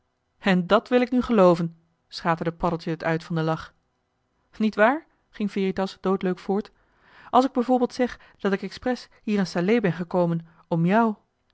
en dàt wil ik nu gelooven schaterde paddeltje het uit van den lach nietwaar ging veritas doodleuk voort als ik bijvoorbeeld zeg dat ik expres hier in salé ben gekomen om jou